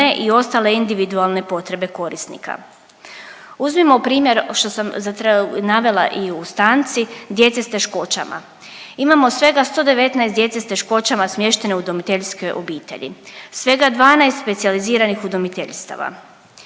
i ostale individualne potrebe korisnika. Uzmimo primjer što sam navela i u stanci djece sa teškoćama. Imamo svega 119 djece s teškoćama smještene u udomiteljske obitelji, svega 12 specijaliziranih udomiteljstava.